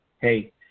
Hey